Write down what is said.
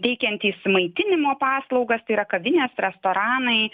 teikiantys maitinimo paslaugas tai yra kavinės restoranai